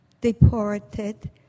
deported